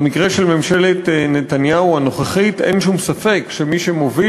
במקרה של ממשלת נתניהו הנוכחית אין שום ספק שמי שמוביל